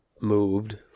moved